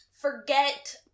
forget